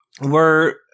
We're-